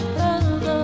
love